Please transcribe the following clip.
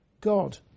God